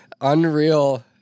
unreal